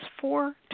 four